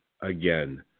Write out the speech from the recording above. again